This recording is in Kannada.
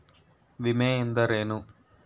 ವಿಮೆ ಎಂದರೇನು?